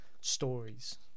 stories